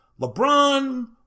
LeBron